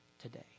today